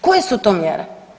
Koje su to mjere?